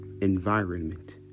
environment